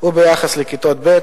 וביחס לכיתות ב',